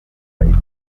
itukura